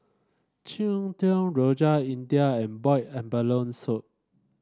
Cheng Tng Rojak India and Boiled Abalone Soup